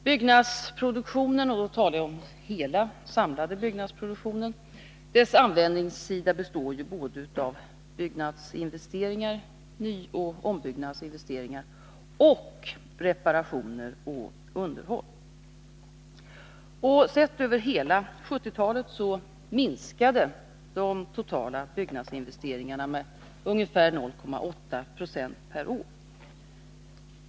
Byggnadsproduktionens — jag talar då om hela den samlade byggnadsproduktionen — användningssida består av både byggnadsinveste Sett över hela 1970-talet minskade de totala byggnadsinvesteringarna med ungefär 0,8 20 per år.